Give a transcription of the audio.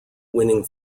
winning